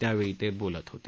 त्यावेळी ते बोलत होते